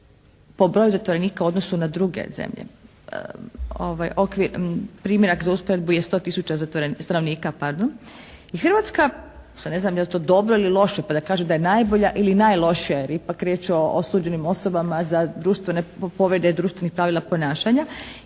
po broju zatvorenika u odnosu na druge zemlje? Primjerak za usporedbu je 100 tisuća zatvorenika, stanovnika pardon, i Hrvatska sad ne znam je li to dobro ili loše pa da kažem da je najbolja ili najlošija, jer je ipak riječ o osuđenim osobama za društvene, povrede društvenih pravila ponašanja